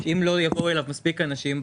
אם לא יבואו אליו מספיק אנשים,